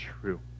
true